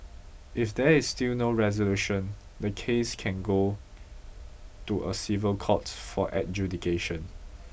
if there is still no resolution the case can go to a civil court for adjudication